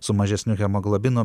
su mažesniu hemoglobinu